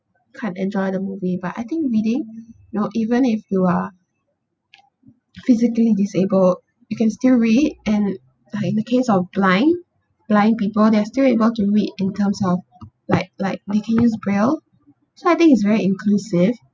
can't enjoy the movie but I think reading you know even if you are physically disabled you can still read and {uh) in the case of blind blind people they're still able to read in terms of like like lickings braille so I think it's very inclusive